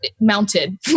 mounted